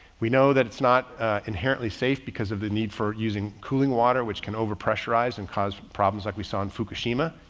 we know that it's not inherently safe because of the need for using cooling water, which can over pressurize and cause problems like we saw in fukushima.